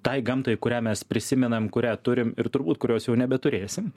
tai gamtai kurią mes prisimenam kurią turim ir turbūt kurios jau nebeturėsim